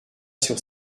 sur